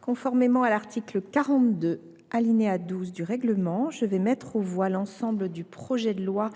conformément à l’article 42, alinéa 12, du règlement, je vais mettre aux voix l’ensemble du projet de loi